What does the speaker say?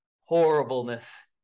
horribleness